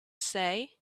say